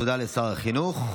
תודה לשר החינוך.